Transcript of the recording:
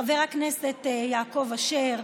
חבר הכנסת יעקב אשר,